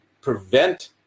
prevent